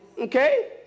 Okay